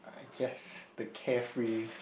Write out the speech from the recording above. ah yes the carefree